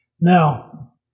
Now